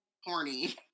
Horny